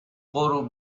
غروب